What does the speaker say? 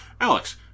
Alex